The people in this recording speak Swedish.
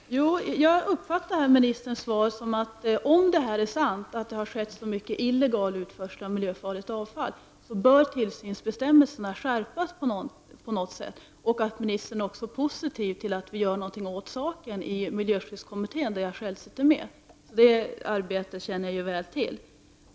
Herr talman! Jag uppfattar ministerns svar på det sättet att om det är sant att det har skett så omfattande illegal utförsel av miljöfarligt avfall bör tillsynsbestämmelserna skärpas på något sätt och att ministern också är positiv till att något görs åt saken i miljöskyddskommittén där jag själv sitter med. Detta arbete känner jag därför väl till.